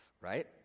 Right